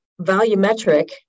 volumetric